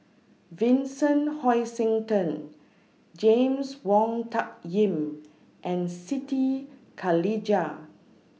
Vincent Hoisington James Wong Tuck Yim and Siti Khalijah